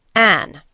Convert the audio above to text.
anne,